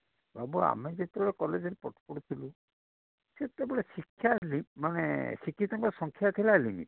ବାବୁ ଆମେ ଯେତେବେଳେ କଲେଜରେ ପାଠ ପଢ଼ୁଥିଲୁ ସେତେବେଳେ ଶିକ୍ଷାର୍ଥୀମାନେ ଶିକ୍ଷିତଙ୍କ ସଂଖ୍ୟା ଥିଲା ଲିମିଟେଡ଼୍